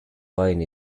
line